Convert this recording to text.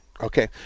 Okay